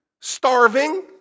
Starving